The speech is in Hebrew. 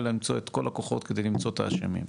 למצוא את כל הכוחות כדי למצוא את האשמים.